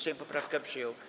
Sejm poprawkę przyjął.